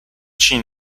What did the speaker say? چین